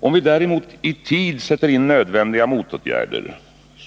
Om vi däremot i tid sätter in nödvändiga motåtgärder,